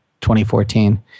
2014